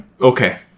Okay